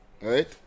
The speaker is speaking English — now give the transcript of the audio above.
Right